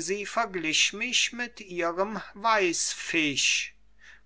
sie verglich mich mit ihrem weißfisch